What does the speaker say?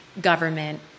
government